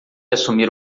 assumir